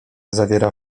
zawiera